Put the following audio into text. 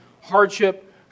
hardship